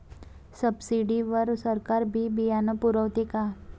Subsidy वर सरकार बी बियानं पुरवते का?